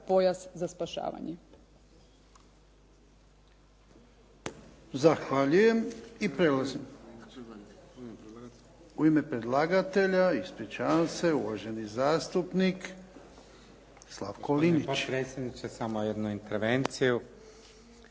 pojas za spašavanje.